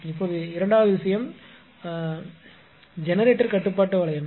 இப்போது இரண்டாவது விஷயம் அடிப்படை ஜெனரேட்டர் கட்டுப்பாட்டு வளையம்